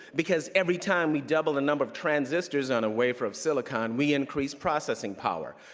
because every time we double the number of transistors on a wafer of silicon we increase processing power.